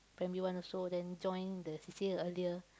primary one also then join the C_C_A earlier